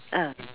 ah